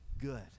good